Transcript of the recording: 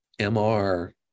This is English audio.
MR